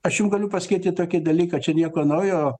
aš jum galiu pasakyti tokį dalyką čia nieko naujo